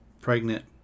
pregnant